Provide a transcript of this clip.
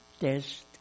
test